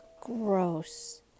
gross